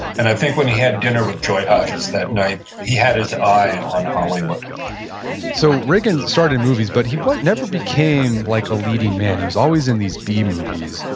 and i think when he had dinner with joy hodges that night, he had his eye on hollywood so, reagan started in movies, but he never became like a leading man. he was always in these b movies.